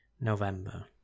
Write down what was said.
November